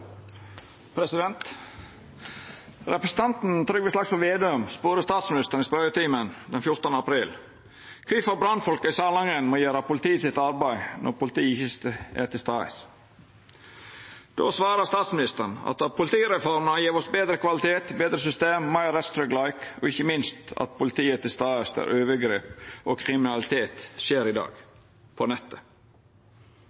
Representanten Trygve Slagsvold Vedum spurde statsministeren i spørjetimen den 14. april om kvifor brannfolka i Salangen må gjera arbeidet til politiet når politiet ikkje er til stades. Då svara statsministeren at politireforma gjev oss betre kvalitet, betre system og meir rettstryggleik, og ikkje minst at ho gjer at politiet er til stades der overgrep og kriminalitet skjer i dag